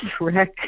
wreck